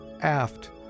aft